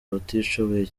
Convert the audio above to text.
abatishoboye